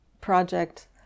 project